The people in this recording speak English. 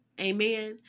amen